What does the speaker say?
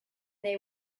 they